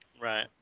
Right